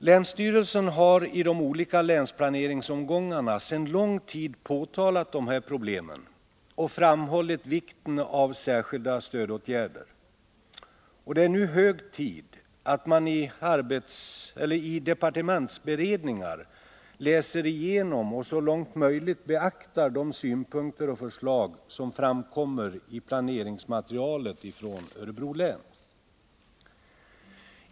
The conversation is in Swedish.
Länsstyrelsen har i de olika länsplaneringsomgångarna påtalat de här problemen och framhållit vikten av särskilda stödåtgärder. Det är nu hög tid att man i departementsberedningar läser igenom och så långt möjligt beaktar de synpunkter och förslag som framkommer i planeringsmaterialet från Örebro län.